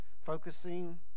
Focusing